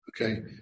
Okay